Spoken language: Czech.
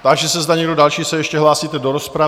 Táži se, zda někdo další se ještě hlásíte do rozpravy?